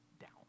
down